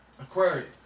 aquarium